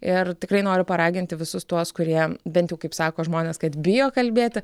ir tikrai noriu paraginti visus tuos kurie bent jau kaip sako žmonės kad bijo kalbėti